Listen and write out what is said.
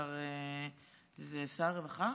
לשר הרווחה.